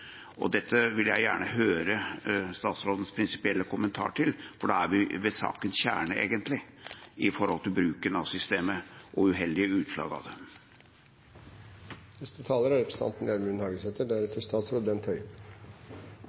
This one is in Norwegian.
Dette vil jeg gjerne høre statsrådens prinsipielle kommentar til, for nå er vi ved sakens kjerne, egentlig, med tanke på bruken av systemet og uheldige utslag av det. Grunnen til at eg tek ordet, er innlegget til representanten